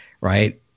right